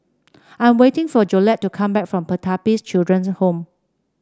I'm waiting for Jolette to come back from Pertapis Children's Home